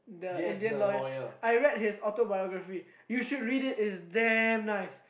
the Indian lawyer I read his autobiography you should read it it's damn nice